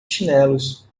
chinelos